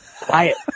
quiet